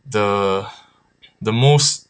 the the most